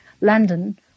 London